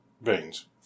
veins